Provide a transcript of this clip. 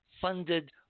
funded